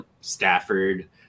Stafford